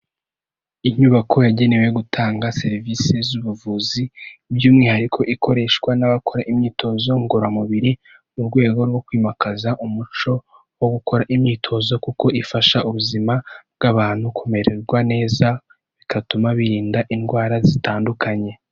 Inyubako yagenewe gutanga serivisi z'ubuvuzi by'umwihariko ikoreshwa n'abakora imyitozo ngororamubiri mu rwego rwo kwimakaza umuco wo gukora imyitozo, kuko ifasha ubuzima bw'abantu kumererwa neza, bigatuma birinda indwara zitandukanye.